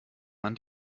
man